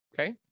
Okay